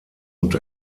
und